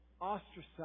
ostracized